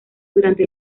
durante